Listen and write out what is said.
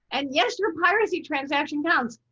and yes, your piracy transaction pounds,